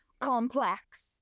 complex